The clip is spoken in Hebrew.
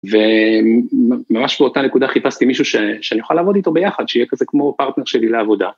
וממש באותה נקודה חיפשתי מישהו שאני אוכל לעבוד איתו ביחד, שיהיה כזה כמו פרטנר שלי לעבודה.